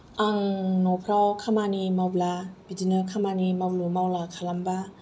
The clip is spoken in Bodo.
आं न'फोराव खामानि मावब्ला बिदिनो खामानि मावलु मावला खालामबा